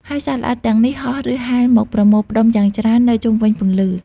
ហើយសត្វល្អិតទាំងនេះហោះ ឬហែលមកប្រមូលផ្តុំយ៉ាងច្រើននៅជុំវិញពន្លឺ។